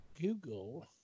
Google